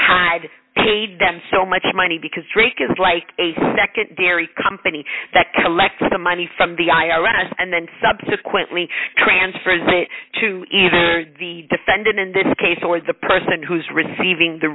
had paid them so much money because drake is like a secondary company that collects the money from the i r s and then subsequently transfers it to either the defendant in this case or the person who is receiving the